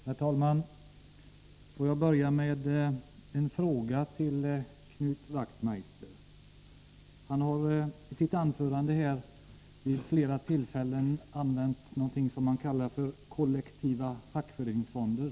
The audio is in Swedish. Herr talman! Får jag börja med en fråga till Knut Wachtmeister. Han har i sitt anförande flera gånger använt orden kollektiva fackföreningsfonder.